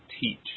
teach